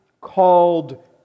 called